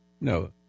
no